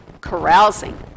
carousing